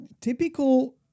Typical